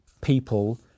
people